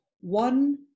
one